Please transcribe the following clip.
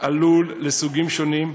הלול לסוגים שונים,